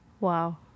Wow